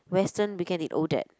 Western we can eat Odette